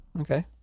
Okay